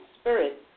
Spirit